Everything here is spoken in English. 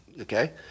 Okay